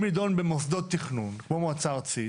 לדון במוסדות תכנון כמו מועצה ארצית.